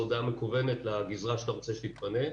הודעה מקוונת לגזרה שאתה רוצה שתתפנה,